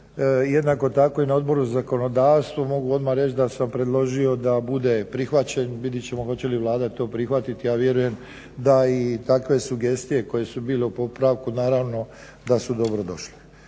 jednako tako i na Odboru za zakonodavstvo mogu odmah reći da sam predložio da bude prihvaćen. Vidjet ćemo hoće li Vlada to prihvatiti. Ja vjerujem da i takve sugestije koje su bile u popravku naravno da su dobro došle.